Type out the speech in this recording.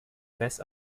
best